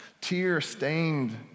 tear-stained